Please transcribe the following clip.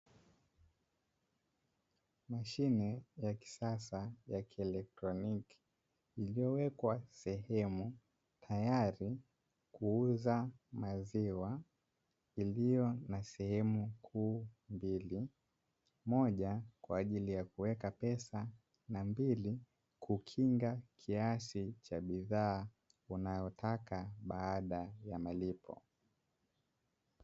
Mashine ya kisasa ya kielektroniki iliyowekwa sehemu; tayari kuuza maziwa, iliyo na sehemu kuu mbili; moja kwa ajili ya kuweka pesa na mbili kukinga kiasi cha bidhaa unayotaka baada ya malipo.